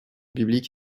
bibliques